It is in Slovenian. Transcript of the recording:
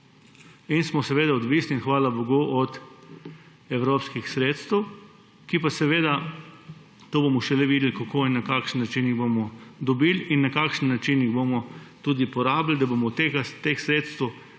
In smo seveda odvisni, in hvala bogu, od evropskih sredstev, za katere bomo pa šele videli, kako in na kakšen način jih bomo dobili in na kakšen način jih bomo porabili, da bomo od teh sredstev